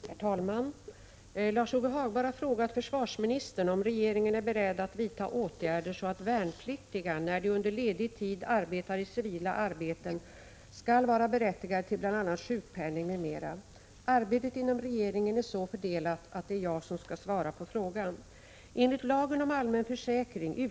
Herr talman! Lars-Ove Hagberg har frågat försvarsministern om regeringen är beredd att vidta åtgärder så att värnpliktiga, när de under ledig tid arbetar i civila arbeten, skall vara berättigade till bl.a. sjukpenning m.m. Arbetet inom regeringen är så fördelat att det är jag som skall svara på frågan.